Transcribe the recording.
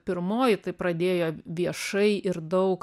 pirmoji tai pradėjo viešai ir daug